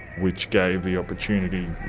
which gave the opportunity